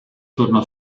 turno